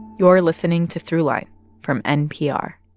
you're listening to throughline from npr